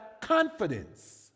confidence